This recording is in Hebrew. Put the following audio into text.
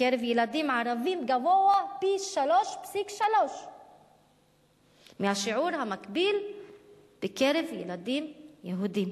בקרב ילדים ערבים גבוה פי-3.3 מהשיעור המקביל בקרב ילדים יהודים.